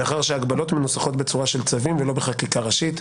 מאחר שההגבלות מנוסחות בצורה של צווים ולא בחקיקה ראשית.